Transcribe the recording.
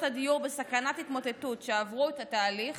הדיור בסכנת התמוטטות שעברו את התהליך